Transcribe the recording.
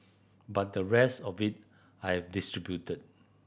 but the rest of it I've distributed